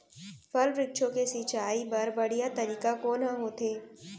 फल, वृक्षों के सिंचाई बर बढ़िया तरीका कोन ह होथे?